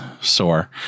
sore